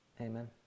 Amen